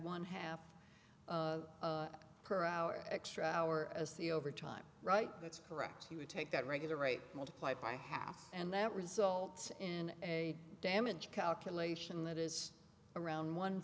one half per hour extra hour as the overtime right that's correct he would take that regular rate multiply by half and that results in a damage calculation that is around one